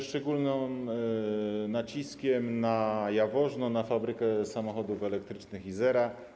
Szczególny nacisk kładę na Jaworzno, na fabrykę samochodów elektrycznych Izera.